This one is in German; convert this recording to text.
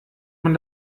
man